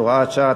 הוראת שעה),